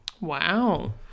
Wow